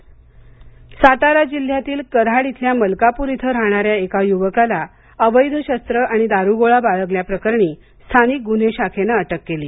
शस्त्र बाळगणे अटक सातारा सातारा जिल्ह्यातील कराड इथल्या मलकापूर इथं राहणाऱ्या एका युवकाला अवैध शस्त्र आणि दारुगोळा बाळगल्या प्रकरणी स्थानिक गुन्हे शाखेने अटक केली